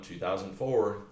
2004